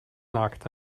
nagt